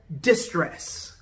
distress